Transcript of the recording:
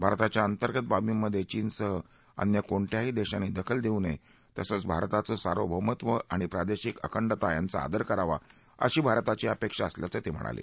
भारताच्या अंतर्गत बाबीमध्ये चीनसह अन्य कोणत्याही देशांनी दखल देऊ नये तसंच भारताच सार्वभौमत्व आणि प्रादेशिक अखंडतेचा आदर करावा अशी भारताची अपेक्षा असल्याचं ते म्हणाले